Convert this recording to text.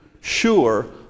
sure